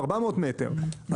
400 מטר,